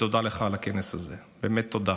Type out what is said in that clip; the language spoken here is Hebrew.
תודה לך על הכנס הזה, באמת תודה.